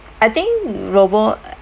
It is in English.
I think robo